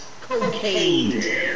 Cocaine